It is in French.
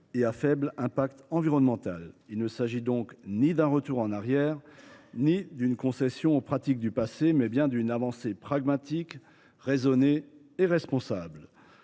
et à faible impact environnemental. Il ne s’agit donc ni d’un retour en arrière ni d’une concession aux pratiques du passé : c’est bien une avancée pragmatique, raisonnée et responsable.